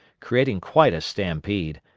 creating quite a stampede,